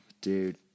dude